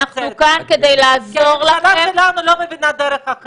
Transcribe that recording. אני רק יכול לחזור על מה שאמרה ידידתי מרב מיכאלי: